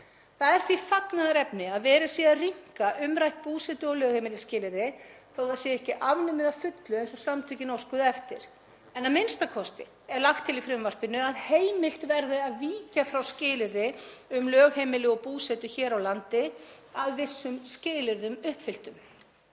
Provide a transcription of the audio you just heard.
Það er því fagnaðarefni að verið sé að rýmka umrætt búsetu- og lögheimilisskilyrði þótt það sé ekki afnumið að fullu eins og samtökin óskuðu eftir. En a.m.k. er lagt til í frumvarpinu að heimilt verði að víkja frá skilyrði um lögheimili og búsetu hér á landi að vissum skilyrðum uppfylltum,